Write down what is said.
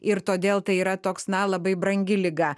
ir todėl tai yra toks na labai brangi liga